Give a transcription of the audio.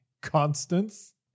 Constance